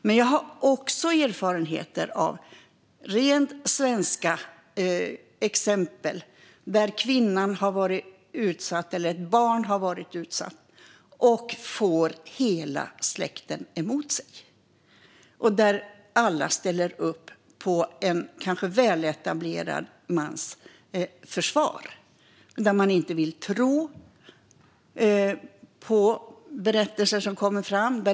Men jag har också erfarenheter av rent svenska exempel där en kvinna eller ett barn har varit utsatt och fått hela släkten emot sig. Alla ställer upp till en kanske väletablerad mans försvar och vill inte tro på berättelser som kommer fram.